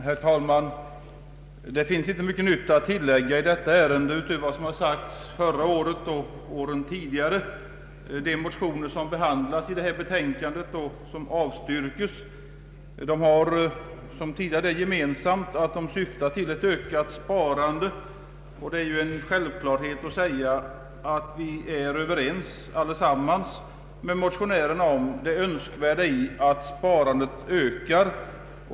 Herr talman! Det finns inte mycket nytt att tillägga i detta ärende utöver vad som sagts förra året och åren dessförinnan. De motioner som behandlas i bevillningsutskottets betänkande nr 33 och som avstyrks har, som tidigare det gemensamt att de syftar till ett ökat sparande. Det är självklart att vi alla är överens med motionärerna om det önskvärda i att sparandet ökar.